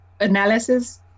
analysis